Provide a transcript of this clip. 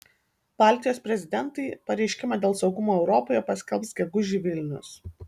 baltijos prezidentai pareiškimą dėl saugumo europoje paskelbs gegužį vilnius